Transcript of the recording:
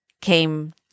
came